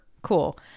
Cool